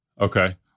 okay